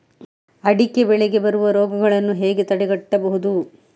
ಅಡಿಕೆ ಬೆಳೆಗೆ ಬರುವ ರೋಗಗಳನ್ನು ಹೇಗೆ ತಡೆಗಟ್ಟಬಹುದು?